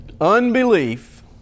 Unbelief